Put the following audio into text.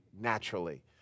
naturally